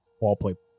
wallpaper